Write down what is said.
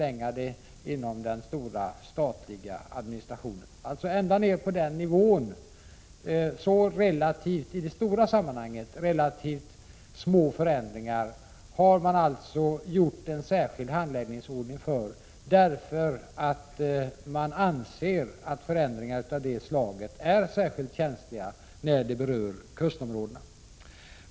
Ända ner på denna nivå, dvs. i det stora sammanhanget så relativt små förändringar, har man alltså infört en särskild handläggningsordning därför att man anser att förändringar av detta slag är särskilt känsliga när de berör kustområdena.